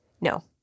No